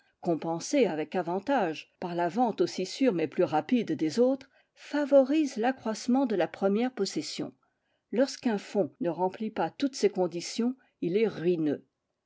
compensée avec avantage par la vente aussi sûre mais plus rapide des autres favorise l'accroissement de la première possession lorsqu'un fonds ne remplit pas toutes ces conditions il est ruineux